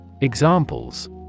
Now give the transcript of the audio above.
Examples